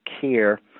care